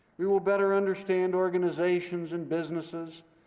we will better understand organizations and businesses,